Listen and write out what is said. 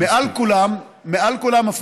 מעל כולם הפלסטינים,